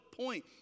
point